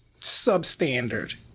substandard